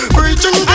Preaching